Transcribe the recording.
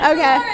Okay